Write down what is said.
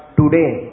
today